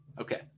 Okay